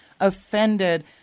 offended